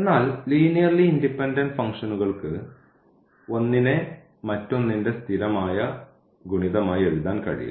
എന്നാൽ linearly independent ഫംഗ്ഷനുകൾക്ക് ഒന്നിനെ മറ്റൊന്നിന്റെ സ്ഥിരമായ ഗുണിതമായി എഴുതാൻ കഴിയില്ല